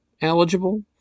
eligible